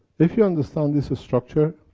if you understand this structure,